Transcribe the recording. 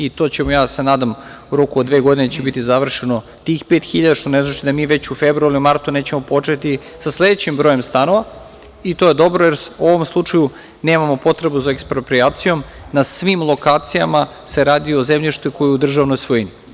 I to ću, ja se nadam, u roku od dve godine će biti završeno tih pet hiljada, što ne znači da mi već u februaru, martu nećemo početi sa sledećim brojem stanova i to je dobro, jer u ovom slučaju nemamo potrebu za eksproprijacijom na svim lokacijama se radi o zemljištu koja je u državnoj svojini.